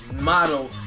model